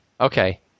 Okay